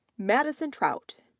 madison trout,